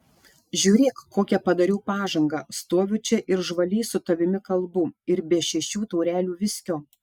žiūrėk kokią padariau pažangą stoviu čia ir žvaliai su tavimi kalbu ir be šešių taurelių viskio